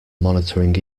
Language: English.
monitoring